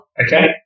okay